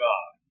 God